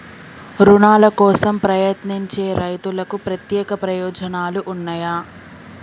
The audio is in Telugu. రుణాల కోసం ప్రయత్నించే రైతులకు ప్రత్యేక ప్రయోజనాలు ఉన్నయా?